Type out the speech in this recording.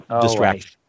Distraction